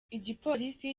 igipolisi